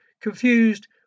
Confused